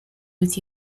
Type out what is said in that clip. with